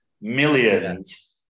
Millions